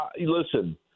listen